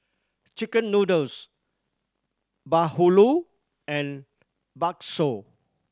chicken noodles bahulu and bakso